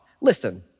Listen